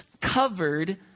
covered